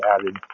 added